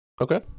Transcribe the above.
Okay